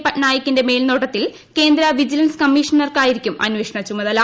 പട്നായിക്കിന്റെ മേൽനോട്ടത്തിൽ കേന്ദ്ര വിജിലൻസ് കമ്മിഷനായിരിക്കും അന്വേഷണ ചുമതല